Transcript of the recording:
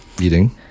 Eating